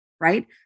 right